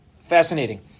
Fascinating